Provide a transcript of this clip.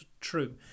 true